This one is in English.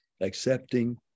accepting